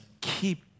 keep